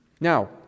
Now